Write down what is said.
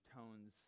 tones